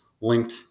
linked